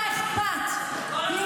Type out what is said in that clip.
ותקשיבי, אם לכם היה אכפת --- כל הכבוד לך.